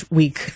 week